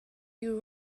you